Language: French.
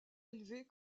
élevée